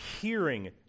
hearing